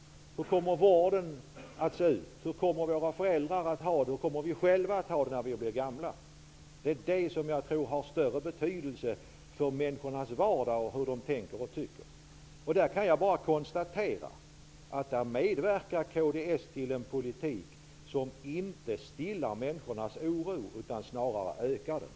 Hur kommer vården att se ut? Hur kommer våra föräldrar, och vi själva när vi blir gamla, att ha det? Jag tror att detta har större betydelse för människors vardag och för hur de tänker och tycker. Jag kan bara konstatera att kds medverkar till en politik som inte stillar människors oro, utan snarare ökar den.